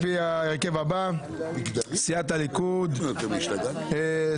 על פי ההרכב הבא: סיעת הליכוד שלושה חברים,